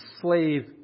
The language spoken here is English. slave